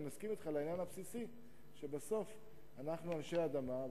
אני מסכים אתך על העניין הבסיסי שבסוף אנחנו אנשי אדמה,